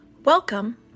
Welcome